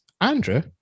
Andrew